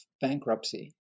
bankruptcy